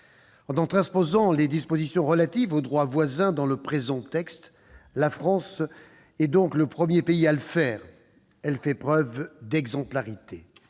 En transposant ses dispositions relatives au droit voisin dans le présent texte, la France est le premier pays à le faire ; elle fait preuve d'exemplarité.